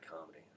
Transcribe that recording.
comedy